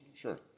Sure